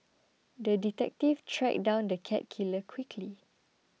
the detective tracked down the cat killer quickly